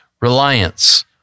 reliance